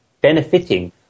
benefiting